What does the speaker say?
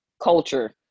culture